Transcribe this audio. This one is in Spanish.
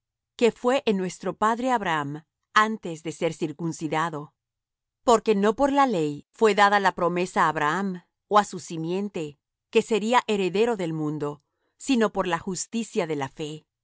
que fué en nuestro padre abraham antes de ser circuncidado porque no por la ley fué dada la promesa á abraham ó á su simiente que sería heredero del mundo sino por la justicia de la fe